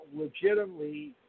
legitimately